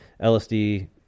LSD